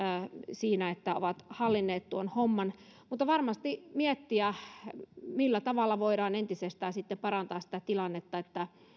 siinä että ovat hallinneet tuon homman mutta varmasti pitää miettiä millä tavalla voidaan entisestään parantaa sitä tilannetta